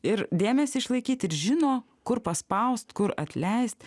ir dėmesį išlaikyti ir žino kur paspaust kur atleist